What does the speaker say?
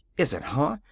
isn't, huh?